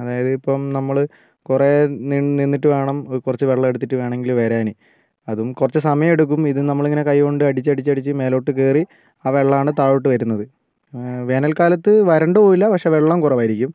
അതായത് ഇപ്പം നമ്മൾ കുറേ നിന്നിട്ടു വേണം കുറച്ച് വെള്ളമെടുത്തിട്ടു വേണമെങ്കിൽ വരാൻ അതും കുറച്ചു സമയമെടുക്കും ഇതും നമ്മളിങ്ങനെ കൈകൊണ്ട് അടിച്ച് അടിച്ച് അടിച്ച് മേലോട്ട് കയറി ആ വെള്ളമാണ് താഴോട്ട് വരുന്നത് വേനൽക്കാലത്ത് വരണ്ട് പോകില്ല പക്ഷെ വെള്ളം കുറവായിരിക്കും